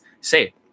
say